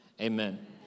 amen